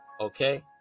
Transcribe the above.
Okay